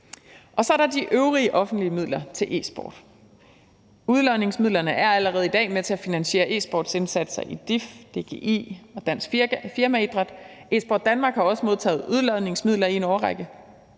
Og så er der de øvrige offentlige midler til e-sport. Udlodningsmidlerne er allerede i dag med til at finansiere e-sportsindsatser i DIF, DGI og Dansk Firmaidræt. Esport Danmark har også modtaget udlodningsmidler i en årrække,